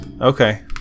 okay